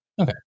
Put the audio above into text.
okay